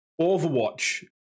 Overwatch